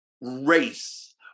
race